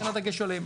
לכן הדגש עליהם.